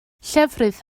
llefrith